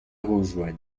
rejoignent